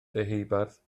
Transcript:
deheubarth